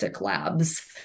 Labs